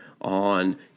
On